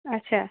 آچھا